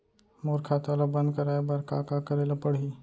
मोर खाता ल बन्द कराये बर का का करे ल पड़ही?